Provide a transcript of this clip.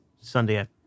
Sunday